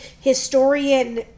historian